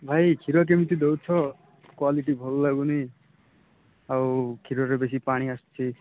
ଭାଇ କ୍ଷୀର କେମିତି ଦେଉଛ କ୍ୱାଲିଟି ଭଲ ଲାଗୁନି ଆଉ କ୍ଷୀରରେ ବେଶୀ ପାଣି ଆସୁଛି